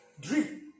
dream